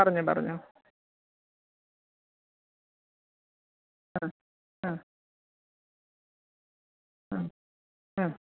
പറഞ്ഞൊ പറഞ്ഞൊ അ അ അ